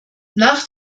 nach